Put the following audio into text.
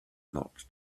not